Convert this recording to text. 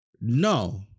No